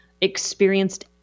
experienced